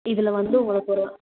இதில் வந்து உங்களுக்கு ஒரு